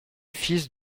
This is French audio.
fils